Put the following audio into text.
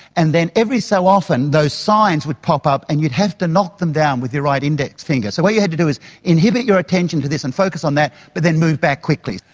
and then every so often those signs would pop up and you'd have to knock them down with your right index finger. so what you had to do is inhibit your attention to this and focus on that but then move back quickly.